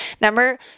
Number